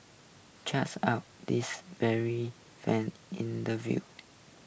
checks out this very fan interview